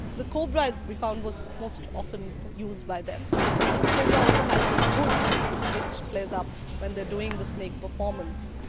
the cobra we found was most often used by them because the cobra also had a hood which flares up when they're doing the snake performance.